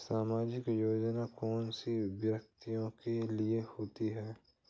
सामाजिक योजना कौन से व्यक्तियों के लिए होती है?